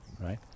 right